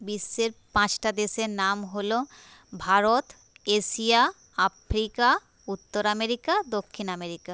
বিশ্বের পাঁচটা দেশের নাম হল ভারত এশিয়া আফ্রিকা উত্তর আমেরিকা দক্ষিণ আমেরিকা